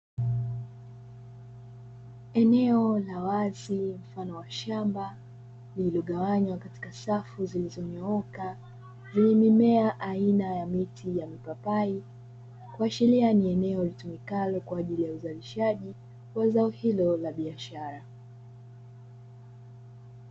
Eneo la wazi mfano wa shamba lililogawanywa katika safu zilizonyooka, zenye mimea aina ya miti ya mipapai kuashiria ni eneo litumikalo kwa ajili ya uzalishaji wa zao hilo la biashara.